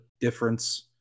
difference